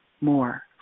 more